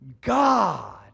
God